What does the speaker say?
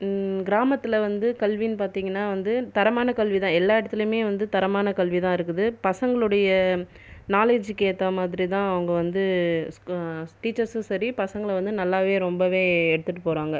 கிராமத்தில் வந்து கல்வின்னு பார்த்திங்கன்னா வந்து தரமான கல்வி தான் எல்லா இடத்துலயுமே வந்து தரமான கல்வி தான் இருக்குது பசங்களுடைய நாலெஜிக்கு ஏற்றமாதிரி தான் அவங்க வந்து க டீச்சர்சும் சரி பசங்களை வந்து நல்லாவே ரொம்பவே எடுத்துகிட்டு போறாங்கள்